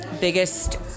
biggest